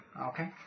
Okay